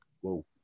Whoa